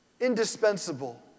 indispensable